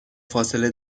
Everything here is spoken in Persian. فاصله